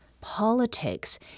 politics